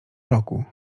roku